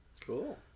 Cool